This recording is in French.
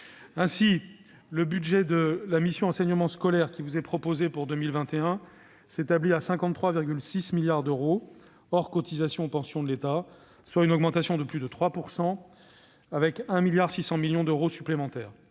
Le budget de la mission « Enseignement scolaire » pour 2021 s'établit à 53,6 milliards d'euros, hors cotisations aux pensions de l'État, soit une augmentation de plus de 3 %, avec 1,6 milliard d'euros supplémentaires.